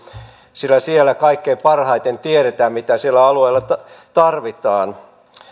sillä siellä kaikkein parhaiten tiedetään mitä siellä alueella tarvitaan